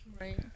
right